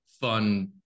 fun